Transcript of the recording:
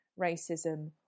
racism